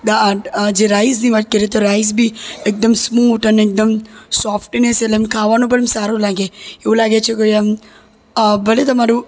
જે રાઈસની વાત કરીએ તો રાઈસ બી એકદમ સ્મૂથ અને એકદમ સોફ્ટીનેસ એટલે આમ ખાવાનું પણ સારું લાગે એવું લાગે છે કોઈ આમ ભલે તમારું